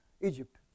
Egypt